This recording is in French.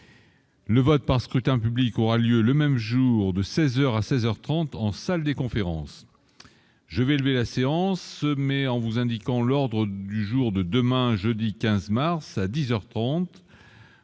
Le vote par scrutin public aura lieu le même jour, de 16 heures à 16 heures 30 en salle des conférences, je vais lever la séance, mais en vous indiquant l'ordre du jour de demain, jeudi 15 mars à 10